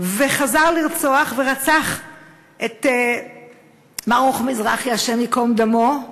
וחזר לרצוח, ורצח את ברוך מזרחי, השם ייקום דמו.